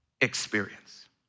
experience